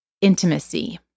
intimacy